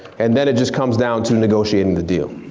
and then it just comes down to negotiating the deal.